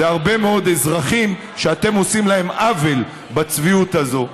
זה הרבה מאוד אזרחים שאתם עושים להם עוול בצביעות הזו.